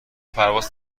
پرواز